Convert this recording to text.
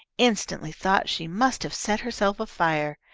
instantly thought she must have set herself afire.